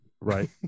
Right